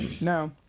No